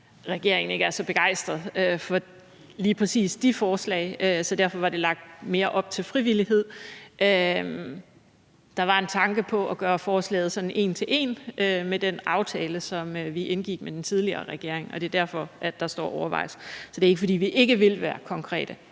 regeringen ikke er så begejstret for lige præcis de forslag, og derfor var det mere lagt op til frivillighed. Der var en tanke på at gøre forslaget sådan en til en med den aftale, som vi indgik med den tidligere regering, og det er derfor, at der står »overvejes«. Så det er ikke, fordi vi ikke vil være konkrete.